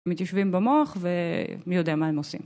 מתיישבים במוח ומי יודע מה הם עושים.